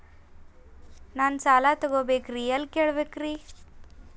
ನಾನು ಸಾಲ ತೊಗೋಬೇಕ್ರಿ ಎಲ್ಲ ಕೇಳಬೇಕ್ರಿ?